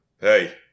hey